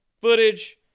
footage